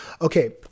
Okay